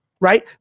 right